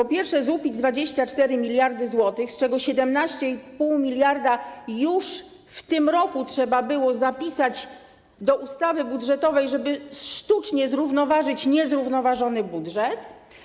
Po pierwsze, złupić 24 mld zł, z czego 17,5 mld już w tym roku trzeba było wpisać do ustawy budżetowej, żeby sztucznie zrównoważyć niezrównoważony budżet.